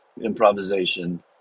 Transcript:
improvisation